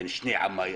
בין שני עמיי,